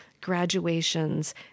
graduations